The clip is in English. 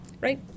right